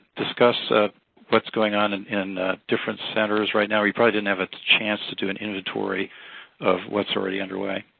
discuss ah what's going on and in different centers right now? you probably didn't have a chance to do an inventory of what's already underway.